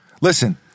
Listen